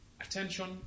attention